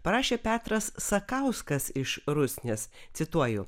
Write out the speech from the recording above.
parašė petras sakauskas iš rusnės cituoju